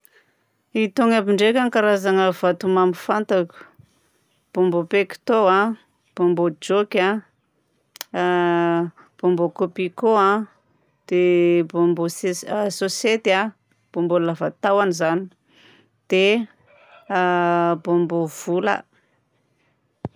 Itony aby ndraika ny karazagna vatomamy fantako: bômbô pecto a, bômbô joke a, a bômbô kopiko a, dia bômbô sesi- sôsety a, bombô lava tahony zany, dia a bômbô vola.